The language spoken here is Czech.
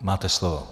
Máte slovo.